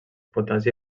potassi